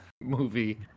movie